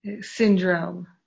syndrome